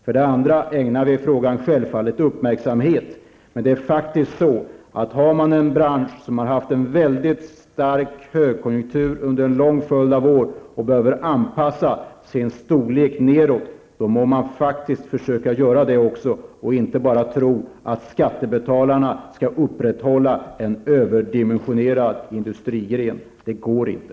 För det andra ägnar vi självfallet frågan uppmärksamhet, men en bransch som har haft en väldigt stark högkonjunktur under en lång följd av år och som behöver anpassa sin storlek nedåt må försöka göra det också, och inte bara tro att skattebetalarna skall upprätthålla en överdimensionerad industrigren. Det går inte.